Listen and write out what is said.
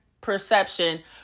perception